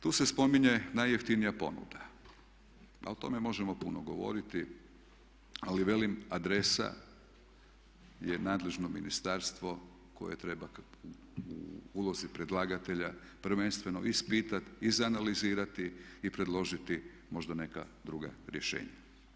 Tu se spominje najjeftinija ponuda a o tome možemo puno govoriti ali velim adresa je nadležno ministarstvo koje treba u ulozi predlagatelja prvenstveno ispitati, izanalizirati i predložiti možda neka druga rješenja.